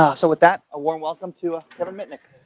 ah so with that, a warm welcome to ah kevin mitnick.